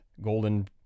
golden